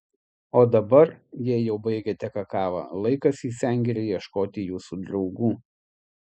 o dabar jei jau baigėte kakavą laikas į sengirę ieškoti jūsų draugų